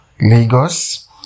Lagos